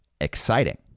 exciting